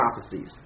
prophecies